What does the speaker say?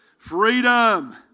freedom